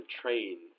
train